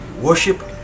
worship